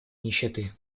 нищеты